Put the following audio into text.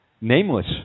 nameless